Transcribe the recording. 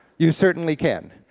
you certainly can.